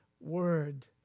word